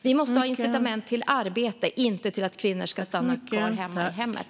Vi måste ha incitament till arbete, inte till att kvinnor ska stanna kvar i hemmet.